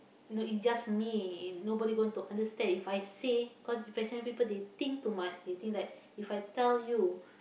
no it's just me nobody going to understand if I say cause depression people they think too much they think like if I tell you